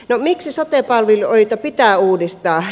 no miksi sote palveluita pitää uudistaa